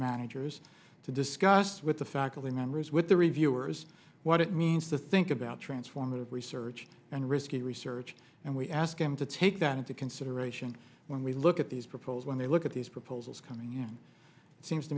managers to discuss with the faculty members with the reviewers what it means to think about transformative research and risky research and we ask him to take that into consideration when we look at these proposed when they look at these proposals coming in it seems to